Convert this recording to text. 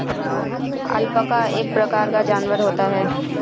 alpaca एक प्रकार का जानवर होता है